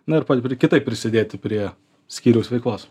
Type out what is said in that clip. na ir kitaip prisidėti prie skyriaus veiklos